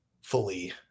fully